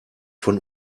von